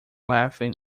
laughing